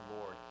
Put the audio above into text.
Lord